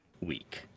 week